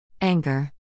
Anger